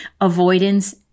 avoidance